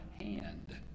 hand